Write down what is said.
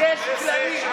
יש כללים.